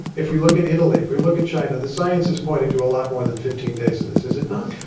if we look at italy, if we look at china, the science is pointing to a lot more than fifteen days of this, is it not?